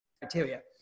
bacteria